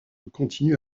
continue